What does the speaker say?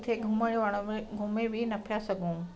किथे घुमण वण में घुमी बि न पिया सघूं